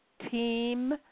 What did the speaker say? team